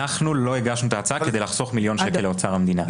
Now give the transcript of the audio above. אנחנו לא הגשנו את ההצעה כדי לחסוך מיליון שקל לאוצר המדינה.